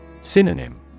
Synonym